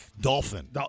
Dolphin